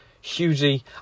hugely